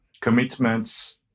commitments